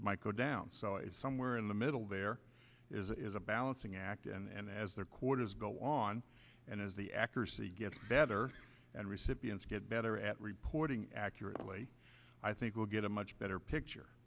it might go down so it's somewhere in the middle there is a balancing act and as their quarters go on and as the accuracy gets better and recipients get better at reporting accurately i think we'll get a much better picture